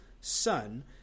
son